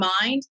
mind